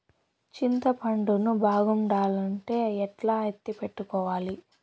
చింతపండు ను బాగుండాలంటే ఎట్లా ఎత్తిపెట్టుకోవాలి?